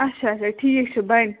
اَچھا اَچھا ٹھیٖک چھُ بَنہِ